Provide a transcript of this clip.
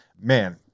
man